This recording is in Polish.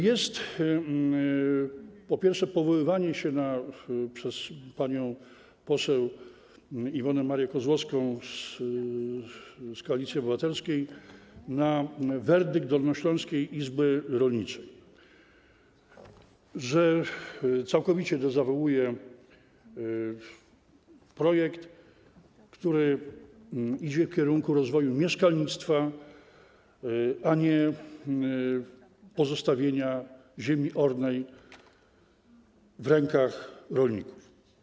Jest, po pierwsze, powoływanie się przez panią poseł Iwonę Marię Kozłowską z Kolacji Obywatelskiej na werdykt Dolnośląskiej Izby Rolniczej wraz ze stwierdzeniem, że całkowicie go dezawuuje projekt, który idzie w kierunku rozwoju mieszkalnictwa, nie zaś pozostawienia ziemi ornej w rękach rolników.